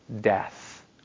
death